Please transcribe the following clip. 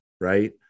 right